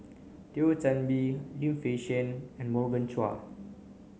Thio Chan Bee Lim Fei Shen and Morgan Chua